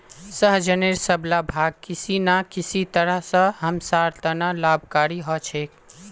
सहजनेर सब ला भाग किसी न किसी तरह स हमसार त न लाभकारी ह छेक